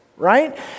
right